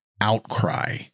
outcry